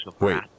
Wait